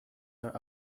her